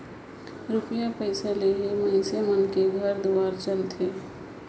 रूपिया पइसा ले ही मइनसे मन कर घर दुवार चलथे